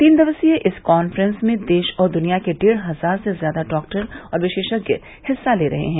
तीन दिवसीय इस काफ्रेंस में देश और दुनिया के डेढ़ हजार से ज्यादा डॉक्टर और विशेषज्ञ हिस्सा ले रहे हैं